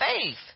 faith